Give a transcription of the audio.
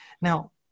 Now